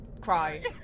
cry